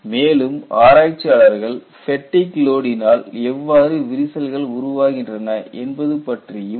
மேலும் ஆராய்ச்சியாளர்கள் ஃபேட்டிக் லோடி னால் எவ்வாறு விரிசல்கள் உருவாகின்றன என்பது பற்றியும் விவாதித்துள்ளனர்